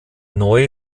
neue